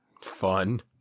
Fun